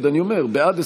בעד,